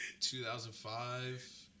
2005